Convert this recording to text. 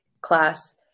class